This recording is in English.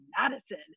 Madison